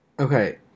Okay